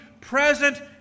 present